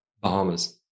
Bahamas